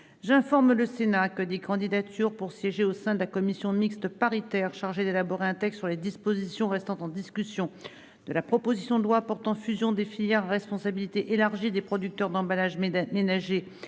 J'informe le Sénat que des candidatures pour siéger au sein de la commission mixte paritaire chargée d'élaborer un texte sur les dispositions restant en discussion de la proposition de loi portant fusion des filières à responsabilité élargie des producteurs d'emballages ménagers